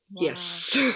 Yes